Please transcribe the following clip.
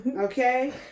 Okay